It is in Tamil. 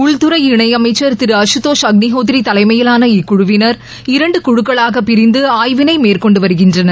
உள்துறை இணை அமைச்ச் திரு அசுதோஷ் அக்ளிகோத்ரி தலைமையிலான இக்குழுவினா் இரண்டு குழுக்களாக பிரிந்து ஆய்வினை மேற்கொண்டு வருகின்றனர்